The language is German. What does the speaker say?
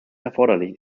erforderlich